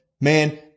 Man